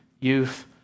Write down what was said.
youth